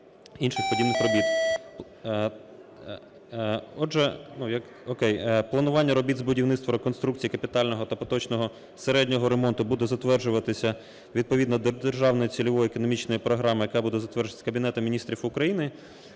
планування робіт з будівництва, реконструкції, капітального та поточного середнього ремонту буде затверджуватися відповідно до Державної цільової економічної програми, яка буде затверджуватися Кабінетом Міністрів України.